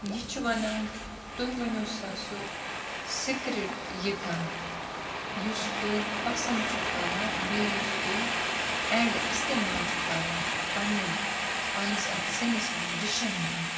یہِ چھُ وَنان تُہۍ ؤنِو سا سُہ سِکرِٹ یہِ کانٛہہ یُس تُہۍ پَسَنٛد چھِو کَران بیٚیہِ یُس تُہۍ ایٚڈ اِستعمال چھِو کَران پَننہِ پَنٕنِس اتھ سِنِس مَنٛز ڈِشَن مَنٛز